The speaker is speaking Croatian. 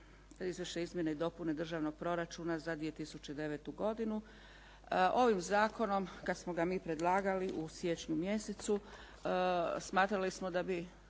izvrše izmjene i dopune državnog proračuna za 2009. godinu. Ovim zakonom kada smo ga mi predlagali u siječnju mjesecu, smatrali smo da bi